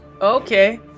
Okay